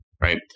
right